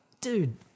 dude